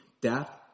death